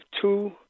two